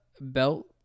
belt